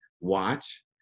watch